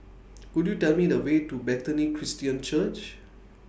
Could YOU Tell Me The Way to Bethany Christian Church